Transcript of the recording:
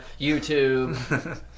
YouTube